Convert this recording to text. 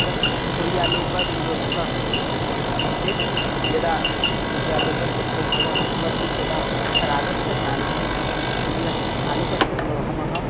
तत् सूर्यालोकः निरोधकस्ति इत्युक्ते यदा सूर्यालोकस्य प्रभावः भवति तदा रागस्य कारणेन सूर्यस्य आलोकस्य प्रभावः